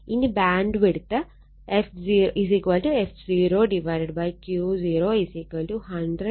ഇനി bandwidth f0 Q0 100 6